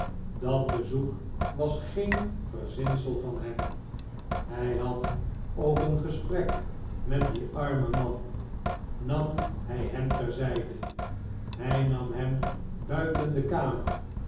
dat bezoek was geen verzinsel van hem hij had ook een gesprek met dien armen man na m hy hem ter zijde hij nam hem buiten de kamer